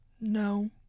No